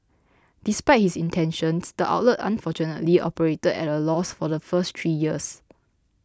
despite his intentions the outlet unfortunately operated at a loss for the first three years